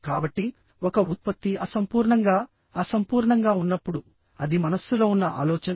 కాబట్టి ఒక ఉత్పత్తి అసంపూర్ణంగా అసంపూర్ణంగా ఉన్నప్పుడు అది మనస్సులో ఉన్న ఆలోచన